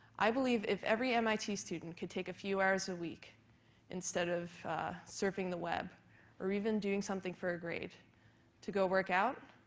i believe if every mit student can take a few hours a week instead of surfing the web or even doing something for a grade to go work out,